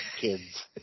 kids